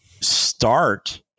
start